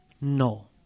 No